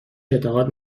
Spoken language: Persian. اعتقاد